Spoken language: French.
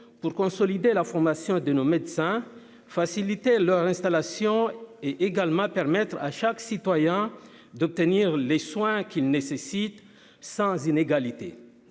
pour consolider la formation de nos médecins faciliter leur l'installation est également permettre à chaque citoyen d'obtenir les soins qu'nécessite sans inégalités,